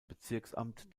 bezirksamt